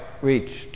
reached